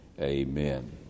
amen